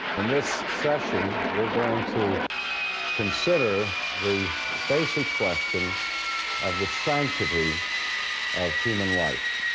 in this session we're going to consider the basic question of the sanctity of human life.